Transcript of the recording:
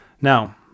Now